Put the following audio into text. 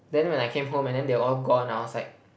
then when I came home and then they were all gone I was like